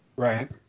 Right